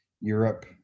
Europe